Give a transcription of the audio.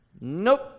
Nope